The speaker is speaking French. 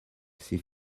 c’est